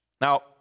Now